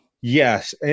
Yes